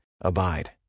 Abide